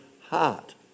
heart